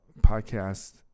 Podcast